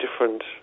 different